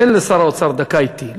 תן לשר האוצר דקה אתי,